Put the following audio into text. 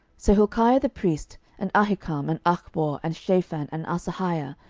so hilkiah the priest, and ahikam, and achbor, and shaphan, and asahiah,